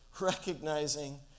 recognizing